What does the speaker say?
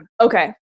Okay